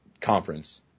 Conference